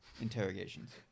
interrogations